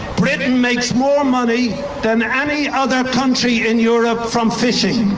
britain makes more money than any other country in europe from fishing.